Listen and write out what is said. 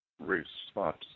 response